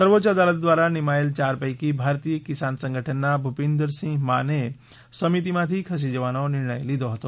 સર્વોચ્ય અદાલત દ્વારા નિમાયેલ ચાર પૈકી ભારતીય કિસાન સંગઠનના ભુપીન્દરસિંહ માને સમિતીમાંથી ખસી જવાનો નિર્ણય લીધો હતો